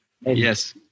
Yes